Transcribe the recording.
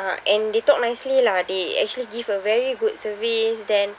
uh and they talk nicely lah they actually give a very good service then